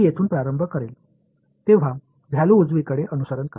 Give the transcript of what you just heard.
இப்போது நான் இந்த இரண்டு அடிப்படை செயல்பாடுகளை வேறு உயரத்துடன் இணைக்கிறேன்